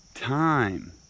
time